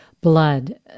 Blood